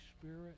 Spirit